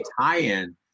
tie-in